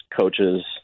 coaches